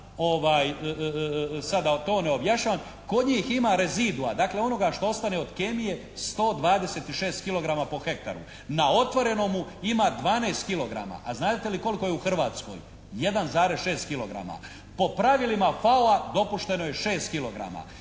da to ne objašnjavam, kod njih ima rezidua, dakle onoga što ostane od kemije 126 kilograma po hektaru, na otvorenome ima 12 kilograma. A znadete li koliko je u Hrvatskoj? 1,6 kilograma. Po pravilima FAO-a dopušteno je 6